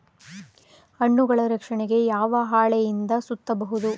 ಹಣ್ಣುಗಳ ರಕ್ಷಣೆಗೆ ಯಾವ ಹಾಳೆಯಿಂದ ಸುತ್ತಬಹುದು?